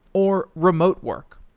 or remote work.